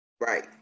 Right